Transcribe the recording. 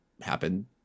happen